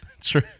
True